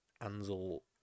Ansel